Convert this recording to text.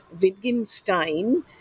Wittgenstein